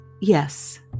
Yes